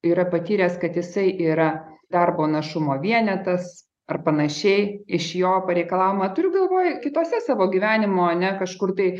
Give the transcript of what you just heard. yra patyręs kad jisai yra darbo našumo vienetas ar panašiai iš jo pareikalaujama turiu galvoje kitose savo gyvenimo ar ne kažkur tai